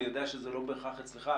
אני יודע שזה לא בהכרח אצלך,